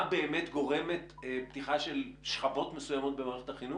באמת גורמת פתיחה של שכבות מסוימות במערכת החינוך?